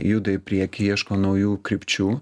juda į priekį ieško naujų krypčių